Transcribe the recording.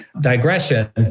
digression